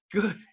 good